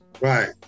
Right